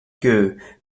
que